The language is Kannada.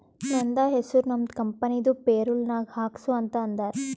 ನಂದ ಹೆಸುರ್ ನಮ್ದು ಕಂಪನಿದು ಪೇರೋಲ್ ನಾಗ್ ಹಾಕ್ಸು ಅಂತ್ ಅಂದಾರ